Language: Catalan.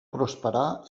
prosperar